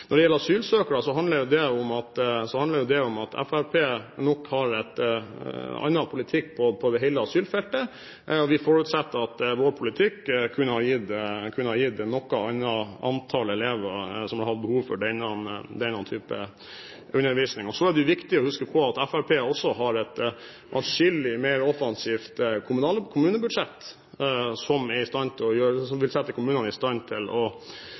Når det gjelder asylsøkere, handler jo det om at Fremskrittspartiet nok har en annen politikk på hele asylfeltet. Vi forutsetter at vår politikk kunne ha gitt et noe annet antall elever som ville ha behov for denne type undervisning. Så er det viktig å huske på at Fremskrittspartiet også har et atskillig mer offensivt kommunebudsjett, som vil sette kommunene i stand til å